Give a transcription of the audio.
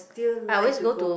still like to go